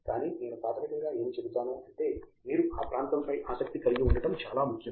కానీ నేను ప్రాథమికంగా ఏమి చెబుతాను అంటే మీరు ఆ ప్రాంతంపై ఆసక్తి కలిగి ఉండటం చాలా ముఖ్యం